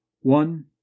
One